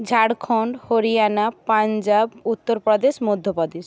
Jharkhand Haryana Punjab Uttar Pradesh Madhya Pradesh